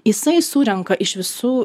jisai surenka iš visų